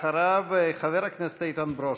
ואחריו, חבר הכנסת איתן ברושי.